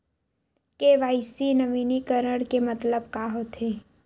KYC नवीनीकरण के मतलब का होथे?